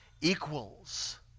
equals